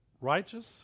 righteous